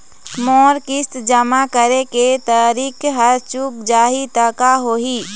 मोर किस्त जमा करे के तारीक हर चूक जाही ता का होही?